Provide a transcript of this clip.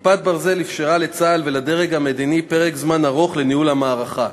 "כיפת ברזל" אפשרה לצה"ל ולדרג המדיני פרק זמן ארוך לניהול המערכה.